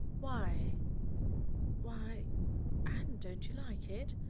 why why anne, don't you like it?